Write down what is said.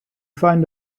find